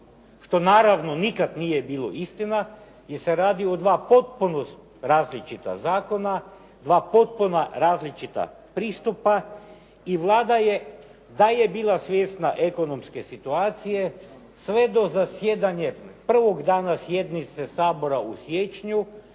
Što naravno nikada nije bila istina jer se radi o dva potpuno različita zakona, dva potpuno različita pristupa i Vlada je, da je bila svjesna ekonomske situacije sve do zasjedanje prvog dana sjednice Sabora u siječnju